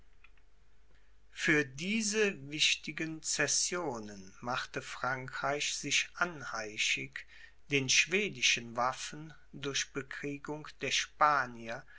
für diese wichtigen cessionen machte frankreich sich anheischig den schwedischen waffen durch bekriegung der spanier